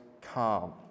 calm